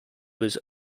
his